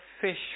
fish